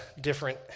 different